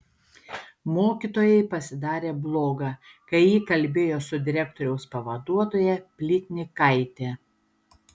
mokytojai pasidarė bloga kai ji kalbėjo su direktoriaus pavaduotoja plytnikaite